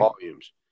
Volumes